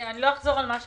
לא אחזור על מה שנאמר,